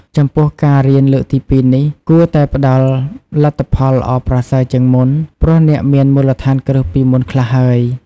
ចំពោះ ការរៀនលើកទីពីរនេះ គួរតែផ្តល់លទ្ធផលល្អប្រសើរជាងមុន ព្រោះអ្នកមានមូលដ្ឋានគ្រឹះពីមុនខ្លះហើយ។